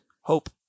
Hope